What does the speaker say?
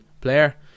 player